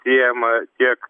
siejama tiek